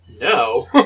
No